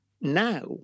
Now